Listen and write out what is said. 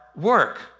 work